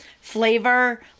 flavor